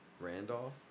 Randolph